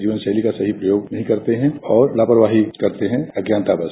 जीवन शैली का सही प्रयोग नहीं करते हैं और लाफरवाही करते हैं अज्ञानतावश